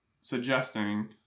suggesting